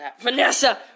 Vanessa